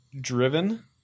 Driven